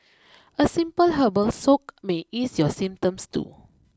a simple herbal soak may ease your symptoms too